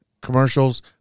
commercials